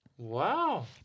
Wow